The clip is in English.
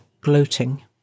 gloating